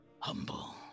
humble